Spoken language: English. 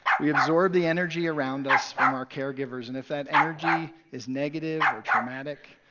we absorb the energy around us from our caregivers, and if that energy is negative or traumatic,